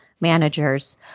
managers